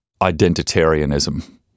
identitarianism